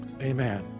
Amen